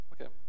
Okay